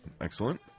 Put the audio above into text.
Excellent